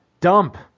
dump